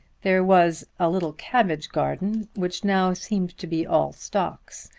there was a little cabbage garden which now seemed to be all stalks,